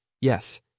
yes